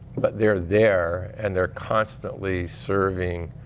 but they're there and they're constantly serving